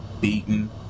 beaten